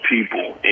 people